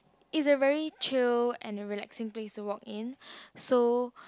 is a very chilled and a relaxing place to walk in so